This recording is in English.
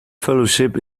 fellowship